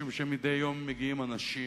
משום שמדי יום מגיעים אנשים,